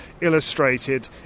illustrated